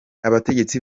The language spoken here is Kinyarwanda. abategetsi